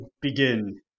begin